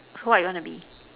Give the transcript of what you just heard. what you want to be